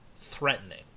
threatening